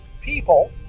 people